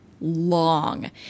long